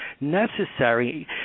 necessary